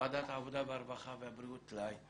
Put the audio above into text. ועדת העבודה והרווחה והבריאות תלאי,